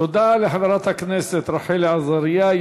תודה לחברת הכנסת רחל עזריה.